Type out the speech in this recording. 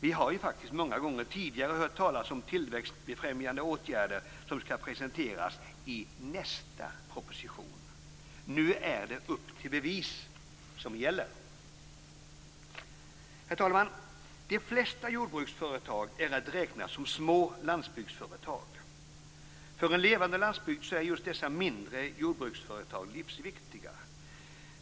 Vi har många gånger tidigare hört talas om tillväxtfrämjande åtgärder som skall presenteras "i nästa proposition". Nu är det "upp till bevis" som gäller. Herr talman! De flesta jordbruksföretag är att räkna som små landsbygdsföretag. För en levande landsbygd är just dessa mindre jordbruksföretag livsviktiga.